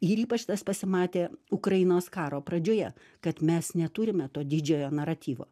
ir ypač tas pasimatė ukrainos karo pradžioje kad mes neturime to didžiojo naratyvo